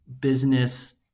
business